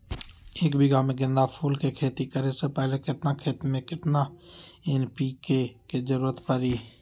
एक बीघा में गेंदा फूल के खेती करे से पहले केतना खेत में केतना एन.पी.के के जरूरत परी?